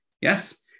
yes